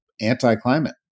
anti-climate